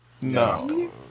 No